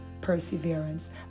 perseverance